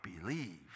believe